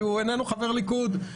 שהוא איננו חבר ליכוד.